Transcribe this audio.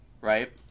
Right